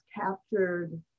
captured